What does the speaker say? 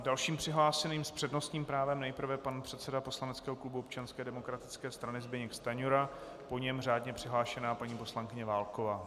Dalším přihlášeným s přednostním právem nejprve pan předseda poslaneckého klubu Občanské demokratické strany Zbyněk Stanjura, po něm řádně přihlášená paní poslankyně Válková.